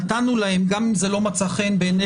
נתנו להם גם אם זה לא מצא חן בעיני